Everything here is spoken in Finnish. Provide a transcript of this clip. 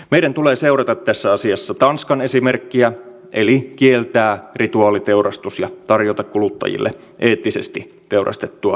meidän tulee seurata tässä asiassa tanskan esimerkkiä eli kieltää rituaaliteurastus ja tarjota kuluttajille eettisesti teurastettua lihaa